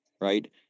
right